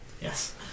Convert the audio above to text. Yes